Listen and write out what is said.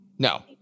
No